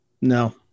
no